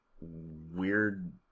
weird